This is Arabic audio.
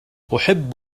أحب